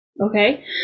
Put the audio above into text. Okay